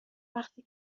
وقتی